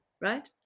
right